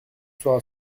sera